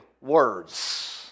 words